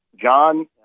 John